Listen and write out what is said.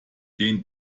den